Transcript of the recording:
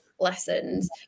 Lessons